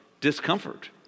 discomfort